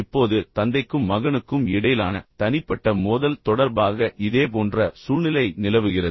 இப்போது தந்தைக்கும் மகனுக்கும் இடையிலான தனிப்பட்ட மோதல் தொடர்பாக இதேபோன்ற சூழ்நிலை நிலவுகிறது